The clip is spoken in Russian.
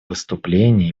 выступление